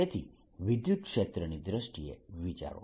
તેથી વિદ્યુતક્ષેત્રની દ્રષ્ટિએ વિચારો